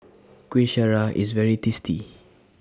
Kuih Syara IS very tasty